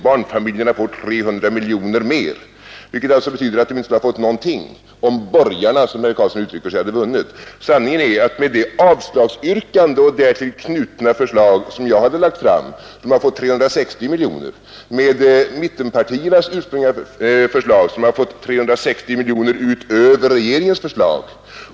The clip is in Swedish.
Barnfamiljerna får 300 miljoner mer.” Det betyder alltså att barnfamiljerna inte skulle ha fått någonting om borgarna, som herr Karlsson uttrycker sig, hade vunnit. Sanningen är att med det avslagsyrkande och därtill knutna förslag som jag hade lagt fram skulle de fått 360 miljoner. Enligt mittenpartiernas ursprungliga förslag skulle de fått 360 miljoner utöver regeringens förslag.